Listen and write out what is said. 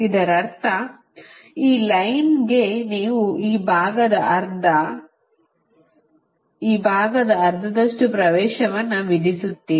ಇದರರ್ಥ ಈ ಲೈನ್ಗೆ ನೀವು ಈ ಭಾಗದ ಅರ್ಧ ಈ ಭಾಗದ ಅರ್ಧದಷ್ಟು ಪ್ರವೇಶವನ್ನು ವಿಧಿಸುತ್ತೀರಿ